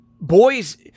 Boys